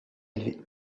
élevé